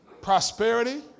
Prosperity